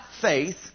faith